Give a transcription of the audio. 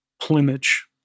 plumage